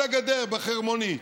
על הגדר, בחרמונית.